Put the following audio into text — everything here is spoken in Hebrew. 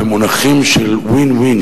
במונחים של win-win,